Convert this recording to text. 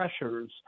pressures